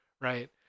right